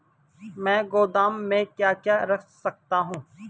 मैं गोदाम में क्या क्या रख सकता हूँ?